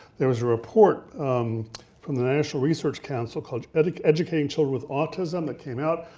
there was a report from the national research council called educating children with autism that came out.